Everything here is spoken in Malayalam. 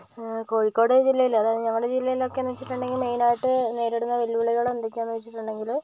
കോഴിക്കോട് ജില്ലയില് അതായത് ഞങ്ങളുടെ ജില്ലയില് എന്നൊക്കെ വെച്ചിട്ടുണ്ടങ്കിൽ മെയിൻ ആയിട്ട് നേരിടുന്ന വെല്ലുവിളി എന്തൊക്കെയാണ് എന്ന് വെച്ചിട്ടുണ്ടെങ്കില്